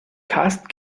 karsten